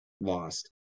lost